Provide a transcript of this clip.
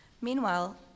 Meanwhile